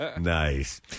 Nice